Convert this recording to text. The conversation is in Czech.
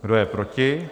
Kdo je proti?